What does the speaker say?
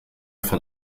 von